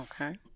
Okay